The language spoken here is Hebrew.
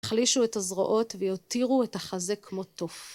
תחלישו את הזרועות ויותירו את החזה כמו תוף.